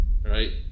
Right